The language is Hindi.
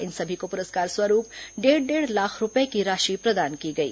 इस सभी को पुरस्कार स्वरूप डेढ़ डेढ़ लाख रूपये की राशि प्रदान की गई